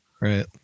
Right